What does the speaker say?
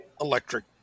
electric